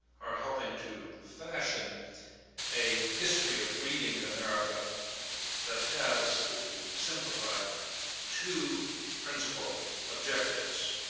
are helping to fashion a history of reading in america that has to simplify two principle objectives.